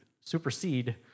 supersede